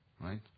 right